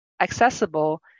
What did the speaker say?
accessible